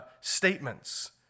statements